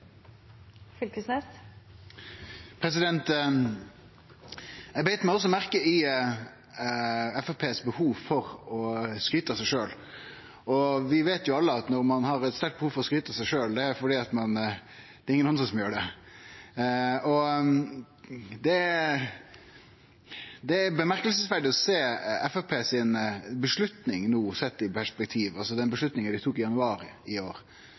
Eg beit meg òg merke i Framstegspartiets behov for å skryte av seg sjølv. Vi veit alle at når ein har eit sterkt behov for å skryte av seg sjølv, er det fordi det er ingen andre som gjer det. Det er merkeleg å sjå Framstegspartiets avgjerd no, sett i perspektiv – altså den avgjerda dei tok i januar i år,